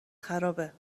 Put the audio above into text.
خرابه